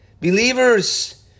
Believers